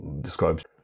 describes